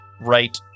right